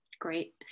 Great